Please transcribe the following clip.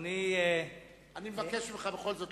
בכל זאת,